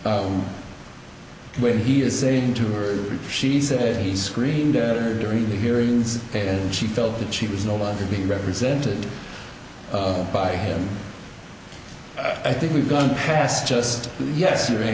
when he is saying to her she said he screamed at her during the hearings and she felt that she was no longer being represented by i think we've gone past just yes